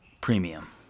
premium